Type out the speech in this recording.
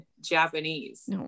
Japanese